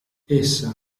essa